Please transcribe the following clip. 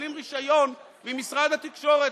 מקבלים רישיון ממשרד התקשורת.